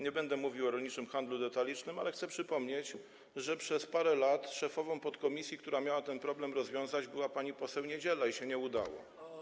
Nie będę mówił o rolniczym handlu detalicznym, ale chcę przypomnieć, że przez parę lat szefową podkomisji, która miała ten problem rozwiązać, była pani poseł Niedziela i się nie udało.